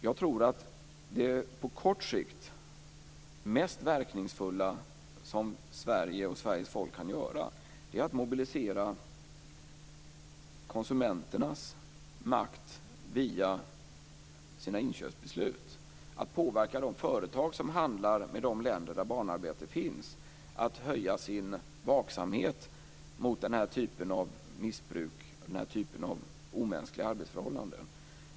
Jag tror att det på kort sikt mest verkningsfulla som Sverige och Sveriges folk kan göra är att mobilisera konsumenternas makt via deras inköpsbeslut, att påverka de företag som handlar med de länder där barnarbete finns och att höja vaksamheten mot denna typ av missbruk och mot denna typ av omänskliga arbetsförhållanden.